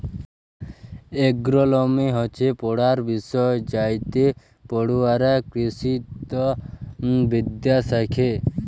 agronomy হচ্যে পড়ার বিষয় যাইতে পড়ুয়ারা কৃষিতত্ত্ব বিদ্যা শ্যাখে